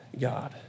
God